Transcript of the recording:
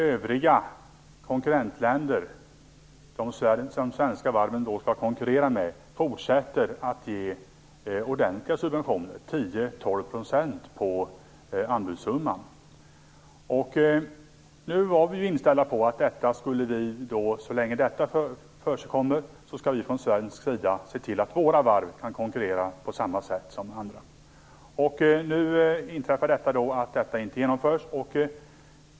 Övriga länder som de svenska varven skall konkurrera med fortsätter att ge ordentliga subventioner, 10 12 % på anbudssumman. Så länge detta försiggår skall vi från svensk sida se till att våra varv kan konkurrera på samma sätt som andra. Nu genomförs inte detta.